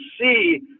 see